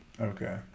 okay